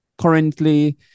currently